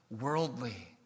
worldly